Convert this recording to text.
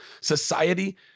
society